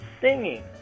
singing